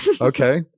okay